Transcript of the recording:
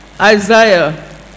Isaiah